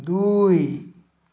দুই